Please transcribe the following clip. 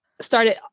started